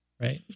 right